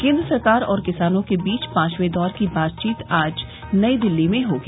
केन्द्र सरकार और किसानों के बीच पांचवें दौर की बातचीत आज नई दिल्ली में होगी